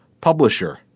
publisher